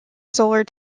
solar